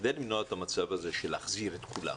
שכדי למנוע את המצב הזה להחזיר את כולם,